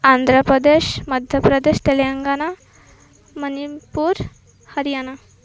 Andhra Pradesh Madhya Pradesh Telangana Manipur Haryana